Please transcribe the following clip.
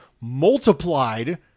multiplied